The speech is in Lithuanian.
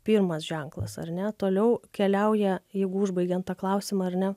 pirmas ženklas ar ne toliau keliauja jeigu užbaigiant tą klausimą ar ne